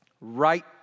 Right